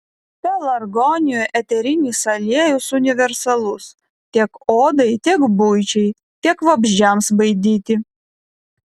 pelargonijų eterinis aliejus universalus tiek odai tiek buičiai tiek vabzdžiams baidyti